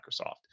microsoft